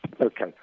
Okay